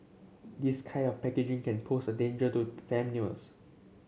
this kind of packaging can pose a danger to